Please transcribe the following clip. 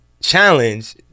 challenge